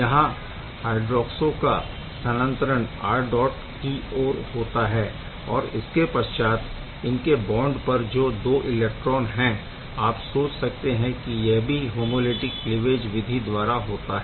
यहाँ हय्ड्रोऑक्सो का स्थानांतरण R डॉट की ओर होता है और इसके पश्चात इनके बॉन्ड पर जो दो इलेक्ट्रॉन है आप सोच सकते कि यह भी होमोलिटिक क्लीवेज विधि द्वारा होता है